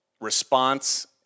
response